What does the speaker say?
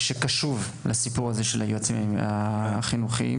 שקשוב לסיפור הזה של היועצים החינוכיים.